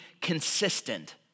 consistent